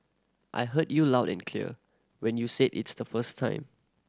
I heard you loud and clear when you said its the first time